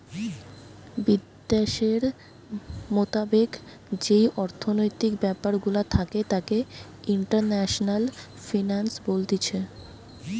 বিদ্যাশের মোতাবেক যেই অর্থনৈতিক ব্যাপার গুলা থাকে তাকে ইন্টারন্যাশনাল ফিন্যান্স বলতিছে